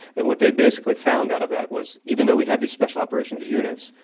and what they basically found out of that was, even though we had these special operations units,